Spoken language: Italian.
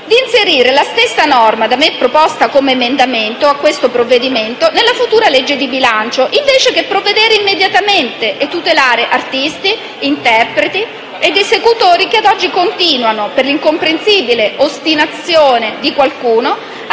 di inserire la stessa norma, da me proposta come emendamento al provvedimento in esame, nella futura legge di bilancio, invece che provvedere immediatamente a tutelare artisti, interpreti ed esecutori, che ad oggi continuano, per l'incomprensibile ostinazione di qualcuno,